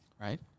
right